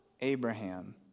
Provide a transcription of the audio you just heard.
Abraham